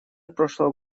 прошлого